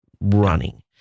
running